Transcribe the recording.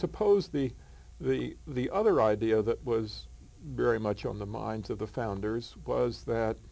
suppose the the the other idea that was very much on the minds of the founders was that